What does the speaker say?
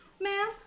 ma'am